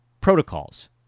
protocols